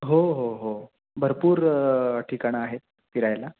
हो हो हो भरपूर ठिकाणं आहेत फिरायला